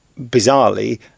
Bizarrely